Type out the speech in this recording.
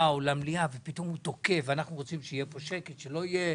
או למליאה ופתאום הוא תוקף ואנחנו רוצים שיהיה פה שקט בלי התקפות,